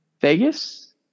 Vegas